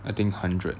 I think hundred